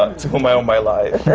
um to whom i owe my life.